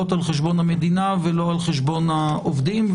על חשבון המדינה ולא על חשבון העובדים.